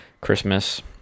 christmas